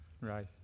Right